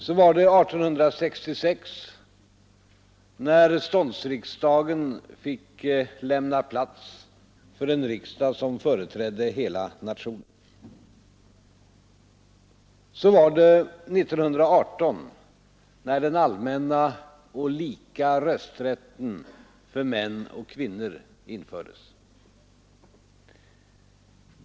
Så var det 1866 när ståndsriksdagen fick lämna plats för en riksdag Så var det 1918 när den allmänna och lika rösträtten för män och kvinnor infördes.